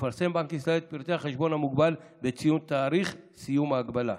יפרסם בנק ישראל את פרטי החשבון המוגבל בציון תאריך סיום ההגבלה.